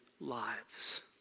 lives